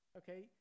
okay